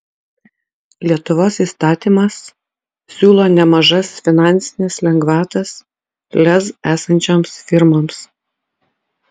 lietuvos įstatymas siūlo nemažas finansines lengvatas lez esančioms firmoms